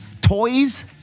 toys